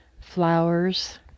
flowers